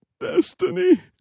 destiny